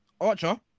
Archer